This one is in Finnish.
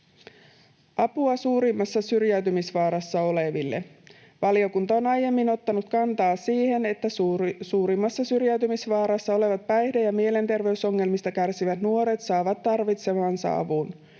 Apua suurimmassa syrjäytymisvaarassa oleville: Valiokunta on aiemmin ottanut kantaa siihen, että suurimmassa syrjäytymisvaarassa olevat päihde‑ ja mielenterveysongelmista kärsivät nuoret saavat tarvitsemansa avun.